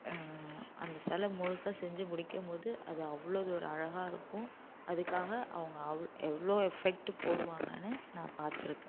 அந்த சில முழுசாக செஞ்சு முடிக்கும் போது அது அவ்வளது ஒரு அழகாக இருக்கும் அதுக்காக அவங்க அவ் எவ்வளோ எஃபெக்ட் போடுவாங்கனு நான் பார்த்துருக்கேன்